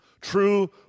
True